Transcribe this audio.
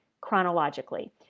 chronologically